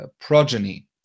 progeny